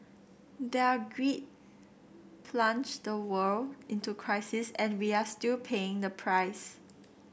their greed plunged the world into crisis and we are still paying the price